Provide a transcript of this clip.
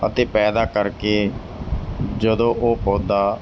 ਅਤੇ ਪੈਦਾ ਕਰਕੇ ਜਦੋਂ ਉਹ ਪੌਦਾ